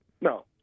No